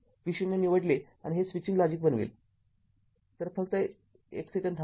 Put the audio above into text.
V0 निवडले आणि हे स्विचिंग लॉजिक बनवेल तरफक्त एक सेकंद थांबा